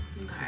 Okay